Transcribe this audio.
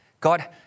God